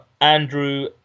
Andrew